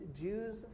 Jews